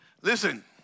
listen